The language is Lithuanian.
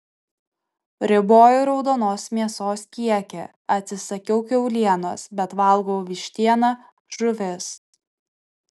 riboju raudonos mėsos kiekį atsisakiau kiaulienos bet valgau vištieną žuvis